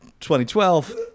2012